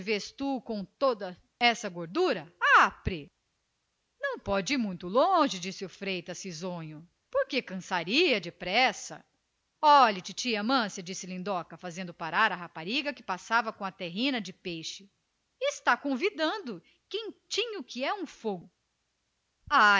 com toda essa gordura já basta apre não irá muito longe disse o freitas sempre risonho cansaria depressa olhe veja reclamou a moça fazendo parar a escrava que passava com a terrina do peixe está convidando quentinho que é um fogo